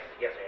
yes